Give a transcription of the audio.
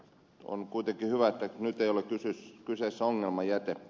on kuitenkin hyvä että nyt ei ole kyseessä ongelmajäte